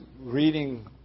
reading